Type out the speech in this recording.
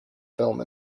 film